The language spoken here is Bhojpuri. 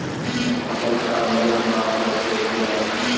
फसल का वजन माप कैसे होखेला?